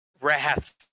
wrath